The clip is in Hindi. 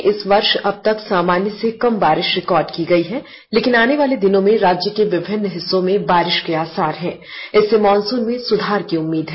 झारखंड में इस वर्ष अब तक सामान्य से कम बारिश रिकॉर्ड की गयी है लेकिन आने वाले दिनों में राज्य के विभिन्न हिस्सों में बारिश के आसार है इससे मॉनसून में सुधार की उम्मीद है